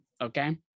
Okay